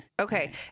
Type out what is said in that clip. Okay